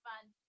fun